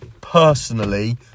personally